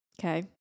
okay